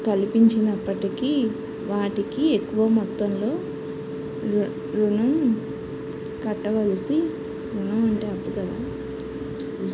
కల్పించినప్పటికీ వాటికి ఎక్కువ మొత్తంలో రు రుణం కట్టవలసి రుణం అంటే అప్పు కద